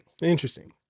interesting